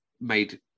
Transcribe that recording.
made